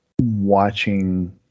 watching